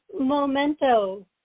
momento